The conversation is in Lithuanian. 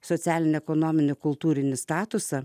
socialinį ekonominį kultūrinį statusą